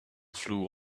flew